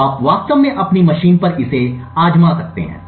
तो आप वास्तव में अपनी मशीनों पर इसे आज़मा सकते हैं